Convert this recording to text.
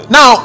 Now